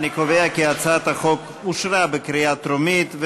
אינו נוכח נורית קורן,